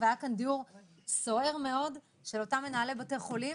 והסוער שהיה כאן עם אותם מנהלי בתי חולים